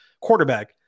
quarterback